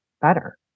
better